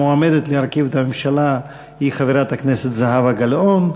המועמדת להרכיב את הממשלה היא חברת הכנסת זהבה גלאון,